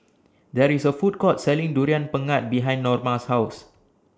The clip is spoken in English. There IS A Food Court Selling Durian Pengat behind Norma's House